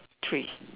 three